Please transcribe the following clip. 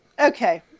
Okay